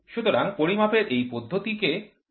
সুতরাং পরিমাপের এই পদ্ধতি কে পরীক্ষামূলক পদ্ধতি বলা হয়